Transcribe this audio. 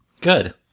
Good